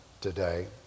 today